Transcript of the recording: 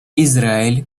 израиль